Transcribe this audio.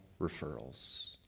referrals